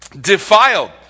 defiled